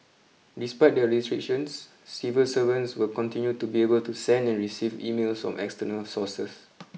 despite the restrictions civil servants will continue to be able to send and receive emails from external sources